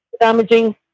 damaging